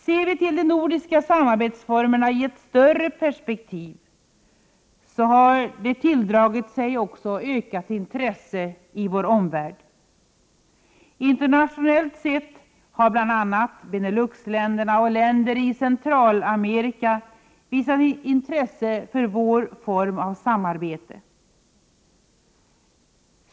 Ser vi till de nordiska samarbetsformerna i ett större perspektiv, så har de tilldragit sig ökat intresse också i vår omvärld. Internationellt sett har bl.a. Beneluxländerna och länder i Centralamerika visat intresse för vår form av samarbete.